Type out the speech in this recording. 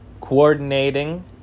coordinating